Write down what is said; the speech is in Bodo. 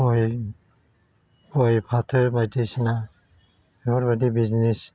गय गय फाथो बायदिसिना बेफोरबायदि बिजनेस